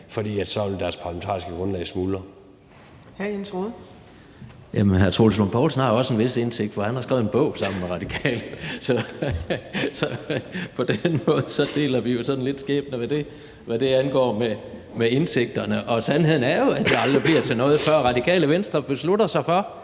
Rohde. Kl. 10:33 Jens Rohde (KD): Jamen hr. Troels Lund Poulsen har jo også en vis indsigt, for han har skrevet en bog sammen med en radikal, så på den måde deler vi jo sådan lidt skæbne, hvad angår det med indsigten. Og sandheden er jo, at det aldrig bliver til noget, før Radikale Venstre beslutter sig for,